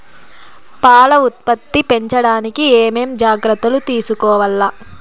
పాల ఉత్పత్తి పెంచడానికి ఏమేం జాగ్రత్తలు తీసుకోవల్ల?